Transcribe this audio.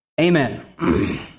Amen